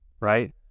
Right